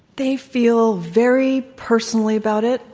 they feel very personally about it.